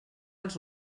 els